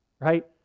right